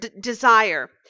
desire